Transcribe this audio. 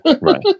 Right